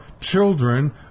children